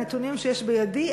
הנתונים שיש בידי,